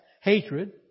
hatred